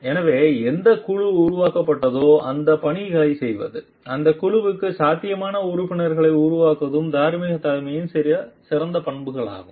எனவே எந்தக் குழு உருவாக்கப்பட்டதோ அந்தப் பணிகளைச் செய்வதும் அந்தக் குழுவுக்கு சாத்தியமான உறுப்பினர்களை உருவாக்குவதும் தார்மீகத் தலைமையின் சில பண்புகளாகும்